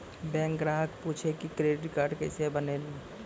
Bank ग्राहक पुछी की क्रेडिट कार्ड केसे बनेल?